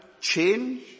change